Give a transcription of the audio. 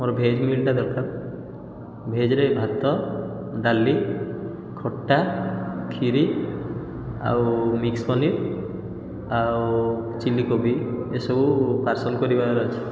ମୋର ଭେଜ୍ ବିରିୟାନୀଟା ଦରକାର ଭେଜରେ ଭାତ ଡାଲି ଖଟା ଖିରି ଆଉ ମିକ୍ସ ପନିର୍ ଆଉ ଚିଲ୍ଲି କୋବି ଏସବୁ ପାର୍ସଲ କରିବାର ଅଛି